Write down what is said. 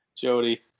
Jody